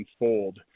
unfold